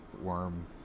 worm